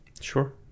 Sure